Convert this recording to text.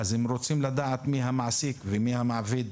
הם רוצים לדעת מי המעסיק ומי המעביד.